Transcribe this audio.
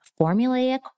formulaic